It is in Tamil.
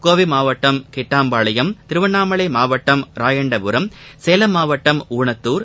கோவை மாவட்டம் கிட்டாம்பாளையம் திருவண்ணாமலை மாவட்டம் ராயன்டபுரம் சேலம் மாவட்டம் ஊனத்தார்